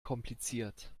kompliziert